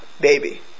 baby